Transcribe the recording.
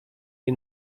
jej